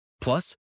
Plus